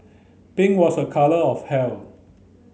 pink was a colour of health